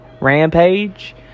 Rampage